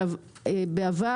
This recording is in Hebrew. בעבר,